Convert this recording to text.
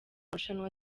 marushanwa